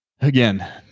again